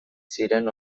ziren